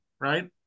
Right